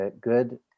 Good